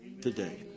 today